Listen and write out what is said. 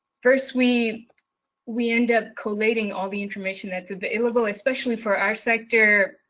first we we end up collating all the information that's available. especially for our sector,